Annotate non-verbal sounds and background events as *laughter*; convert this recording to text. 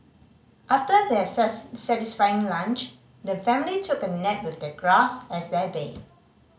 after their *unintelligible* satisfying lunch the family took a nap with the grass as their bed